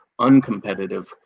uncompetitive